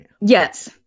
Yes